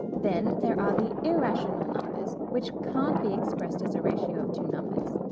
then there are the irrational numbers, which can't be expressed as a ratio of two numbers.